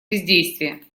бездействие